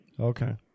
Okay